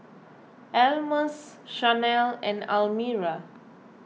Almus Shanell and Almira